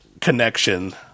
connection